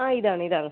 ആ ഇതാണ് ഇതാണ്